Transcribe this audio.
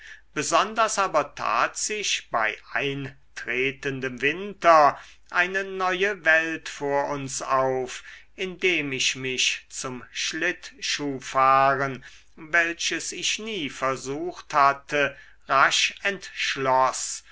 besonders aber tat sich bei eintretendem winter eine neue welt vor uns auf indem ich mich zum schlittschuhfahren welches ich nie versucht hatte rasch